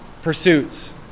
pursuits